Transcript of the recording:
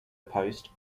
post